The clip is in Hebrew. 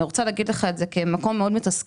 אני רוצה להגיד לך את זה ממקום מאוד מתסכל,